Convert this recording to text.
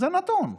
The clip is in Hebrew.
זה נתון.